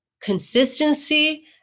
consistency